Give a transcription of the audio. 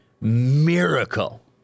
miracle